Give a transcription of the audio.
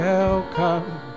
Welcome